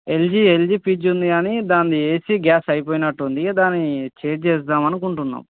LG LG fridge ఉంది కానీ దానిది ఏసీ గ్యాస్ అయిపోయినట్టుంది దాన్ని చేంజ్ చేద్దాము అనుకుంటున్నాము